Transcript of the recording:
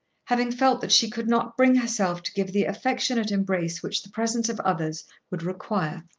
having felt that she could not bring herself to give the affectionate embrace which the presence of others would require.